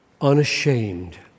unashamed